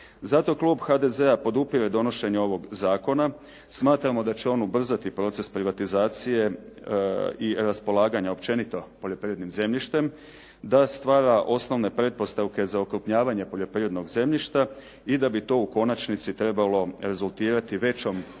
Zato klub HDZ-a podupire donošenje ovoga zakona, smatramo da će on ubrzati proces privatizacije i raspolaganja općenito poljoprivrednim zemljištem, da stvara osnovne pretpostavke za okrupnjavanje poljoprivrednog zemljišta i da bi to u konačnici trebalo rezultirati većom